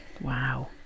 Wow